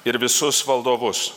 ir visus valdovus